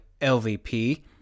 lvp